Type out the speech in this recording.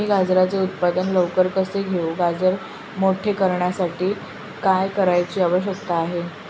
मी गाजराचे उत्पादन लवकर कसे घेऊ? गाजर मोठे करण्यासाठी काय करण्याची आवश्यकता आहे?